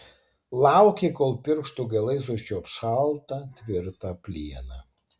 laukė kol pirštų galais užčiuops šaltą tvirtą plieną